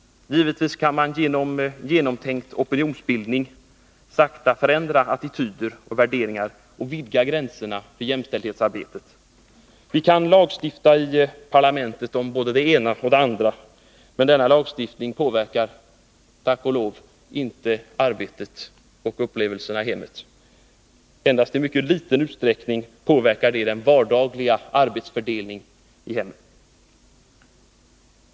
Givetvis kan dock ett genomtänkt opinionsskapande arbete sakta förändra attityder och värderingar och vidga gränserna för jämställdhetsarbetet. Vi kan lagstifta i parlamentet om både det ena och det andra, men denna lagstiftning påverkar — tack och lov — inte arbetet och upplevelserna i hemmet. Den påverkar endast i mycket liten utsträckning den vardagliga arbetsfördelningen i hemmet.